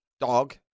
Dog